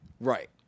right